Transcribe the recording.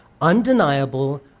undeniable